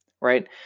Right